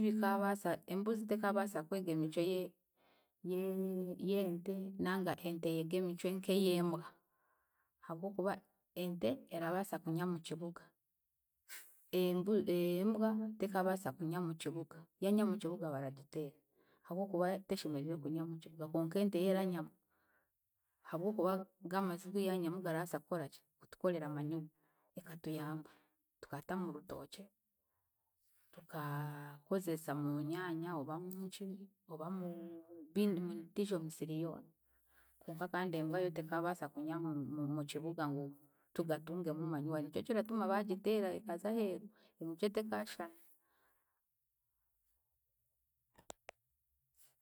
Tebikaabaasa, embuzi tekaabaasa kwega emicwe ye- ye- y'ente nanga ente eyege emicwe nk'eyembwa habw'okuba ente erabaasa kunia mukibuga, embu embwa tekaabaasa kunia mukibuga, yaania mukibuga baragiteera habw'okuba teshemeriire kunia mukibuga konka ente yo eraniamu habw'okuba go amazi gi yaniamu garabaasa kukoraki? Kutukorera manure, ekatuyamba, tukata murutookye, tukakozesa mu nyaanya oba munki, oba mubi mundiijo misiri yoona, konka kandi embwa yo tekaabaasa kunia mukibuga ngu tugatungemu manure nikyo kiratuma baagiteera ekaza aheeru, emicwe tekaashana.